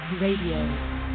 Radio